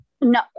No